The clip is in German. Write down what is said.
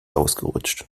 ausgerutscht